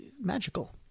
magical